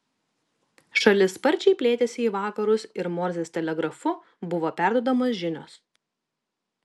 šalis sparčiai plėtėsi į vakarus ir morzės telegrafu buvo perduodamos žinios